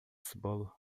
cebola